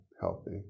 healthy